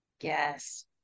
Yes